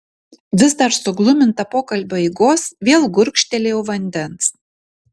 vis dar sugluminta pokalbio eigos vėl gurkštelėjau vandens